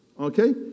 okay